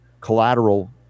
collateral